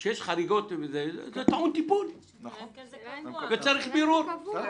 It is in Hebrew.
כשיש חריגות זה טעון טיפול ומצריך בירור.